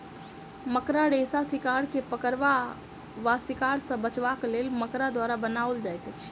मकड़ा रेशा शिकार के पकड़बा वा शिकार सॅ बचबाक लेल मकड़ा द्वारा बनाओल जाइत अछि